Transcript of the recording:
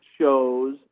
shows